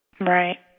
Right